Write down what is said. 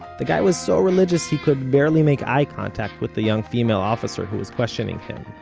the guy was so religious he could barely make eye contact with the young female officer who was questioning him.